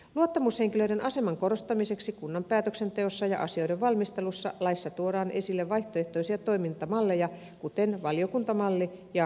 luottamushenkilöiden aseman korostamiseksi kunnan päätöksenteossa ja asioiden valmistelussa laissa tuodaan esille vaihtoehtoisia toimintamalleja kuten valiokuntamalli ja puheenjohtajamalli